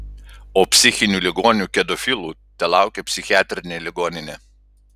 o psichinių ligonių kedofilų telaukia psichiatrinė ligoninė